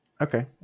okay